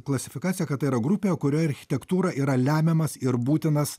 klasifikaciją kad tai yra grupė kurioj architektūra yra lemiamas ir būtinas